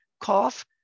cough